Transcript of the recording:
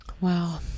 Wow